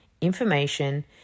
information